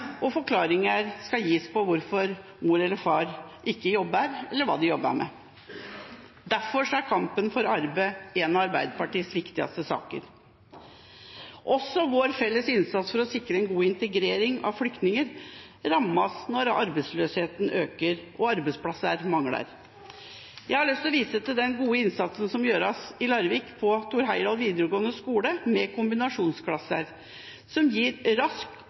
og forklaringer skal gis på hvorfor mor eller far ikke jobber, eller hva de jobber med. Derfor er kampen for arbeid en av Arbeiderpartiets viktigste saker. Også vår felles innsats for å sikre en god integrering av flyktninger rammes når arbeidsløsheten øker og arbeidsplassene mangler. Jeg har lyst til å vise til den gode innsatsen som gjøres i Larvik og på Thor Heyerdahl videregående skole, med kombinasjonsklasser som gir rask